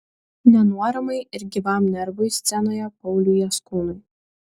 nenuoramai ir gyvam nervui scenoje pauliui jaskūnui